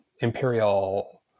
imperial